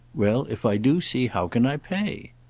well, if i do see, how can i pay?